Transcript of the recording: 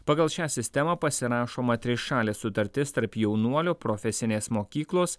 pagal šią sistemą pasirašoma trišalė sutartis tarp jaunuolio profesinės mokyklos